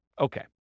Okay